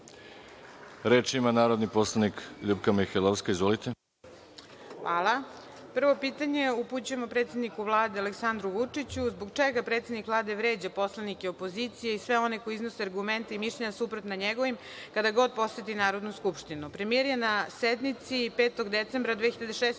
ima narodni poslanik LJupka Mihajlovska. **Ljupka Mihajlovska** Hvala. Prvo pitanje upućujemo predsedniku Vlade Aleksandru Vučiću – zbog čega predsednik Vlade vređa poslanike opozicije i sve one koji iznose argumente i mišljenja suprotna njegovim kada god poseti Narodnu skupštinu? Premijer je na sednici 5. decembra 2016.